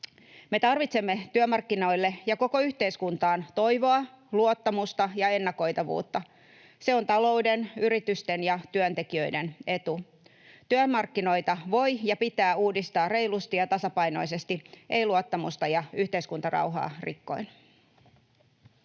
Me tarvitsemme työmarkkinoille ja koko yhteiskuntaan toivoa, luottamusta ja ennakoitavuutta. Se on talouden, yritysten ja työntekijöiden etu. Työmarkkinoita voi ja pitää uudistaa reilusti ja tasapainoisesti, ei luottamusta ja yhteiskuntarauhaa rikkoen.